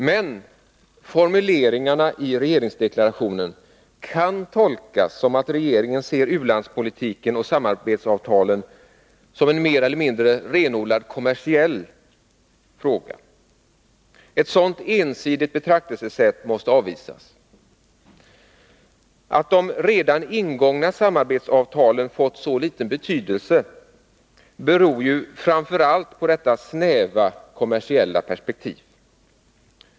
Men formuleringarna i regeringsdeklarationen kan tolkas som att regeringen ser u-landspolitiken och samarbetsavtalen som en mer eller mindre renodlat kommersiell fråga. Ett sådant ensidigt betraktelsesätt måste avvisas. Att de redan ingångna samarbetsavtalen har fått så liten betydelse beror ju framför allt på detta snäva kommersiella perspektiv.